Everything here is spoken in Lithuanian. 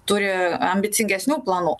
turi ambicingesnių planų